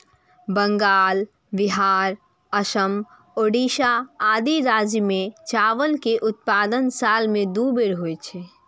बंगाल, बिहार, असम, ओड़िशा आदि राज्य मे चावल के उत्पादन साल मे दू बेर होइ छै